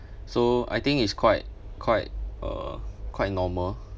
so I think is quite quite uh quite normal